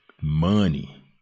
money